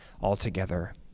altogether